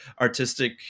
artistic